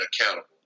accountable